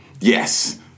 Yes